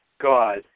God